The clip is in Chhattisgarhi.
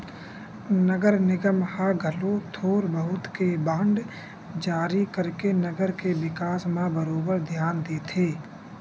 नगर निगम ह घलो थोर बहुत के बांड जारी करके नगर के बिकास म बरोबर धियान देथे